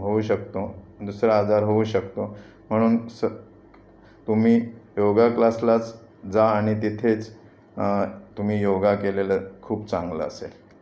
होऊ शकतो दुसरा आजार होऊ शकतो म्हणून सत तुम्ही योगा क्लासलाच जा आणि तिथेच तुम्ही योगा केलेलं खूप चांगलं असेलं